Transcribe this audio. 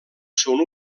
són